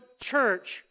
church